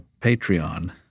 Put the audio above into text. Patreon